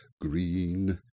green